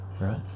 right